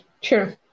Sure